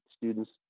students